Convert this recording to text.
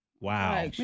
Wow